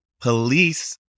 police